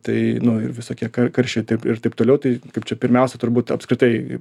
tai nu ir visokie karščiai taip ir taip toliau tai kaip čia pirmiausia turbūt apskritai